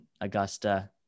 Augusta